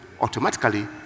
automatically